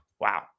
Wow